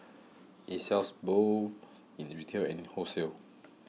it sells both in retail and in wholesale